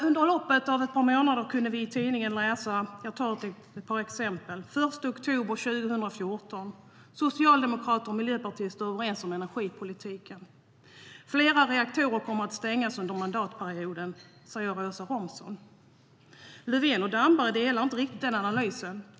Under loppet av ett par månader kunde vi i tidningarna läsa till exempel följande. Den 1 oktober 2014 var Socialdemokraterna och Miljöpartiet överens om energipolitiken. Flera reaktorer kommer att stängas under mandatperioden, sa Åsa Romson. Löfven och Damberg instämde inte riktigt i den analysen.